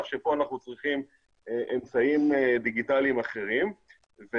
וכאן אנחנו צריכים אמצעים דיגיטליים אחרים.